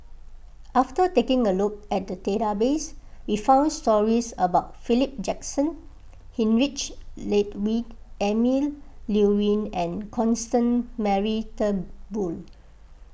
after taking a look at the database we found stories about Philip Jackson Heinrich Ludwig Emil Luering and Constance Mary Turnbull